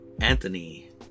Anthony